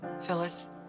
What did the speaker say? Phyllis